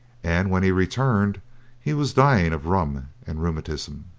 and when he returned he was dying of rum and rheumatism.